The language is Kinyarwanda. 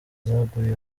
zaguye